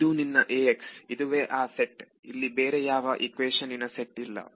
ಇದು ನಿನ್ನ Ax ಇದುವೇ ಆ ಸೆಟ್ ಇಲ್ಲಿ ಬೇರೆ ಯಾವ ಈಕ್ವೇಶನ್ ನಿನ್ನ ಸೆಟ್ ಇಲ್ಲ